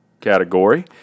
category